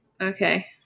Okay